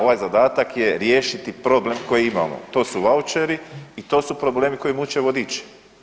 Ovaj zadatak je riješiti problem koji imamo, to su vaučeri i to su problemi koji muče vodiče.